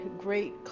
great